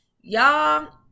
y'all